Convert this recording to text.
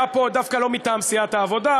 היה פה דווקא לא מטעם סיעת העבודה,